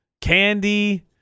candy